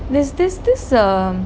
there's this this ah